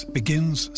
begins